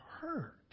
hurt